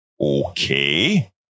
Okay